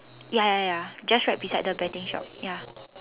ya ya ya just right beside the betting shop ya